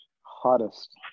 hottest